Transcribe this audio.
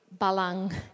Balang